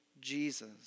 Jesus